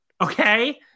Okay